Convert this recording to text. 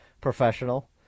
professional